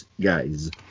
guys